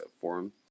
forum